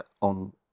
on